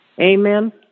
Amen